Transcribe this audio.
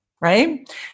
right